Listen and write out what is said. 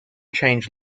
change